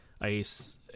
Ice